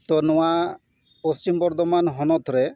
ᱛᱚ ᱱᱚᱣᱟ ᱯᱚᱪᱷᱤᱢ ᱵᱚᱨᱫᱷᱚᱢᱟᱱ ᱦᱚᱱᱚᱛ ᱨᱮ